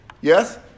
Yes